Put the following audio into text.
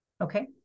Okay